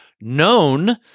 Known